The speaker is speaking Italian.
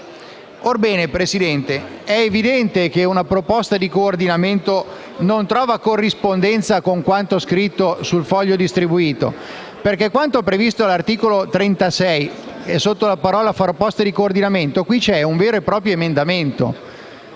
signor Presidente, è evidente che una proposta di coordinamento non trova corrispondenza con quanto scritto sul foglio distribuito. Infatti, quanto previsto dall'articolo 36, contenuto nella proposta di coordinamento, costituisce un vero e proprio emendamento: